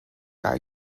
gar